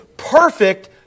perfect